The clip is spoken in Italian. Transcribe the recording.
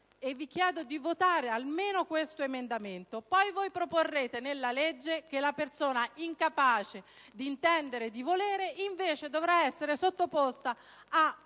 Vi chiedo di votare almeno questo emendamento, poi proporrete nella legge che la persona incapace di intendere e di volere debba invece essere sottoposta ad